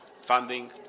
funding